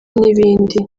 n’ibindi